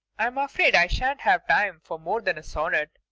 i'm afraid i shan't have time for more than a sonnet.